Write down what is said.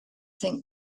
think